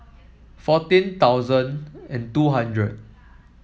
fourteen thousand and two hundred